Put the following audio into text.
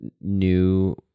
new